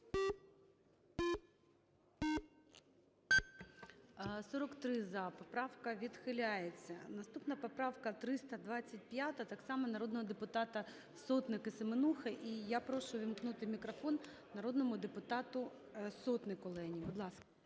За-43 Поправка відхиляється. Наступна поправка – 325, так само народного депутата Сотник і Семенухи. І я прошу увімкнути мікрофон народному депутату Сотник Олені. Будь ласка.